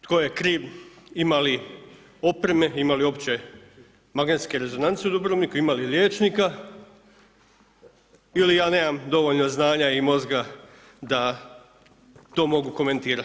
Tko je kriv, ima li opreme, ima li uopće magnetske rezonance u Dubrovniku, ima li liječnika ili ja nemam dovoljno znanja i mozga da to mogu komentirati?